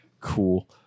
Cool